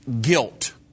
guilt